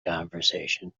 conversation